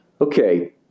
okay